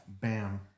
Bam